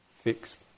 fixed